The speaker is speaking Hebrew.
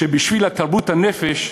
שבשביל התרבות, הנפש,